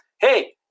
Hey